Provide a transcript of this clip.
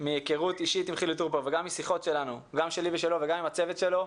מהיכרות אישית שלי עם חילי טרופר וגם משיחות עם הצוותים שלו,